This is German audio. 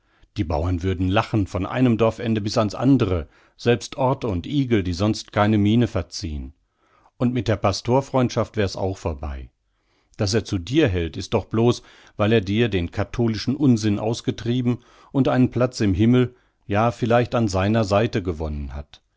die bauern würden lachen von einem dorfende bis ans andere selbst orth und igel die sonst keine miene verziehen und mit der pastor freundschaft wär's auch vorbei daß er zu dir hält ist doch blos weil er dir den katholischen unsinn ausgetrieben und einen platz im himmel ja vielleicht an seiner seite gewonnen hat